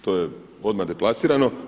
To je odmah deplasirano.